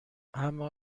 اما